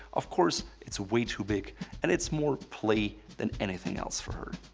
of course, it's way too big and it's more play than anything else for her.